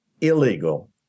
illegal